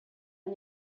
and